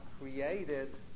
created